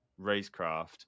racecraft